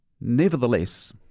Nevertheless